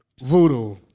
Voodoo